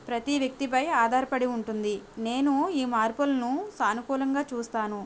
ప్రతి వ్యక్తి పై ఆధారపడి ఉంటుంది నేను ఈ మార్పులను సానుకూలంగా చూస్తాను